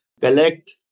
collect